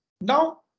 now